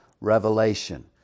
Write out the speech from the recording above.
revelation